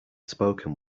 spoken